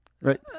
Right